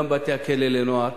גם בבתי-הכלא לנוער,